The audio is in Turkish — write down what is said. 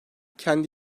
kendi